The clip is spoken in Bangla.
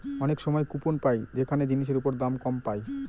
অনেক সময় কুপন পাই যেখানে জিনিসের ওপর দাম কম পায়